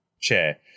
chair